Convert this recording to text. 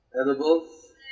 edibles